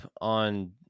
on